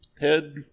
head